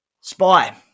Spy